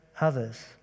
others